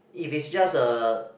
if it just a